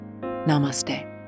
Namaste